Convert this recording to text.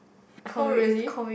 oh really